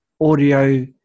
audio